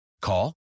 Call